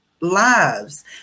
lives